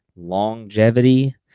longevity